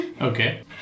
Okay